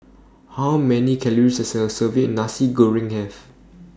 How Many Calories Does A Serving of Nasi Goreng Have